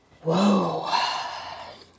Whoa